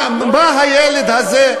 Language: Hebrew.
מה הילד הזה?